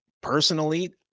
Personally